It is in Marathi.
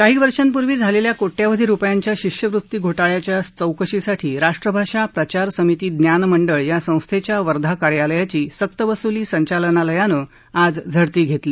काही वर्षापूर्वी झालेल्या को ्वावधी रुपयांच्या शिष्यवृत्ती घो ळ्याच्या चौकशीसाठी राष्ट्रभाषा प्रचार समिती ज्ञान मंडळ या संस्थेच्या वर्धा कार्यालयाची सक्तवसुली संचालनालयानं आज झडती घेतली